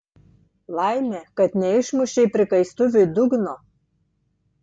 laimė kad neišmušei prikaistuviui dugno